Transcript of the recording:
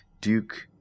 Duke